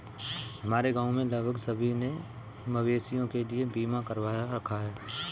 हमारे गांव में लगभग सभी ने मवेशियों के लिए बीमा करवा रखा है